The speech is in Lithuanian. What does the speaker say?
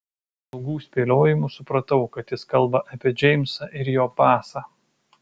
po ilgų spėliojimų supratau kad jis kalba apie džeimsą ir jo pasą